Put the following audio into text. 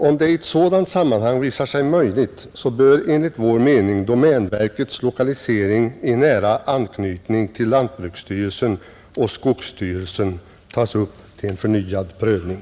Om det i sådant sammanhang visar sig möjligt bör enligt vår mening domänverkets lokalisering i nära anknytning till lantbruksstyrelsen och skogsstyrelsen tas upp till förnyad prövning.